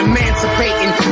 Emancipating